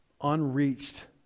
unreached